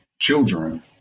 children